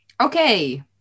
Okay